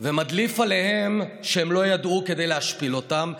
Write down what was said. ומדליף עליהם שהם לא ידעו כדי להשפיל אותם.